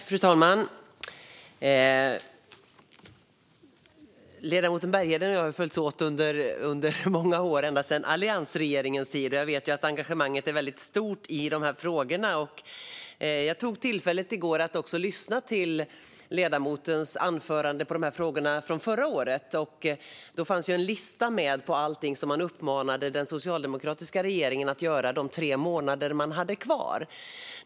Fru talman! Ledamoten Bergheden och jag har följts åt under många år, ända sedan alliansregeringens tid, och jag vet att engagemanget är väldigt stort i de här frågorna. Jag tog tillfället i akt i går att lyssna på ledamotens anförande i dessa frågor från förra året. Då fanns det en lista på allt man uppmanade den socialdemokratiska regeringen att göra de tre månader den hade kvar.